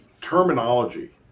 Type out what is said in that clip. terminology